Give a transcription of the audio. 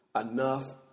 enough